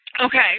Okay